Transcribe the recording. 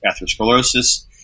atherosclerosis